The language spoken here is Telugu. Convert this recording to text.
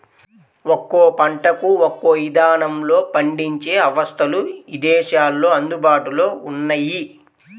ఒక్కో పంటకు ఒక్కో ఇదానంలో పండించే అవస్థలు ఇదేశాల్లో అందుబాటులో ఉన్నయ్యి